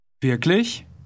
Wirklich